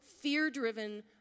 fear-driven